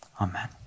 Amen